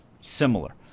similar